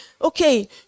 okay